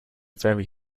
very